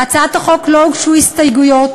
להצעת החוק לא הוגשו הסתייגויות,